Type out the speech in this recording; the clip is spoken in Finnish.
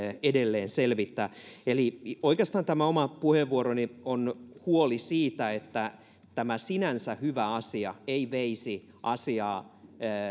edelleen selvittää eli oikeastaan tämä oma puheenvuoroni on huoli siitä että tämä sinänsä hyvä asia ei veisi asiaa